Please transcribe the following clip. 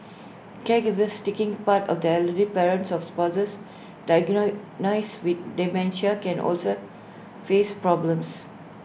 caregivers taking part of the elderly parents or spouses with dementia can also face problems